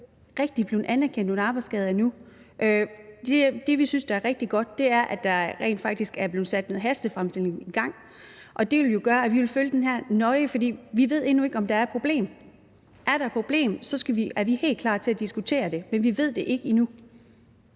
rigtig blevet anerkendt nogen arbejdsskader endnu. Det, vi synes er rigtig godt, er, at der rent faktisk er blevet sat en hastefremstilling af vejledningen i gang, og det vil jo gøre, at vi vil følge den her nøje, for vi ved endnu ikke, om der er et problem. Er der et problem, er vi helt klar til at diskutere det, men vi ved det ikke endnu.